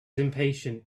impatient